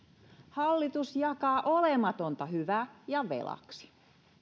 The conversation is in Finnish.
hallitus jakaa olematonta hyvää ja velaksi